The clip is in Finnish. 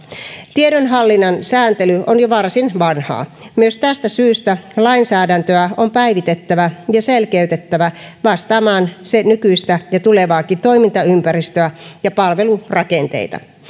tiedonhallinnan sääntely on jo varsin vanhaa myös tästä syystä lainsäädäntöä on päivitettävä ja selkeytettävä vastaamaan nykyistä ja tulevaakin toimintaympäristöä ja palvelurakenteita